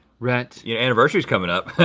rhett your anniversary's coming up.